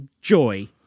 joy